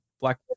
Black